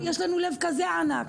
יש לנו לב כזה ענק.